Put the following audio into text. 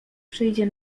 przyjdzie